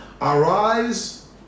Arise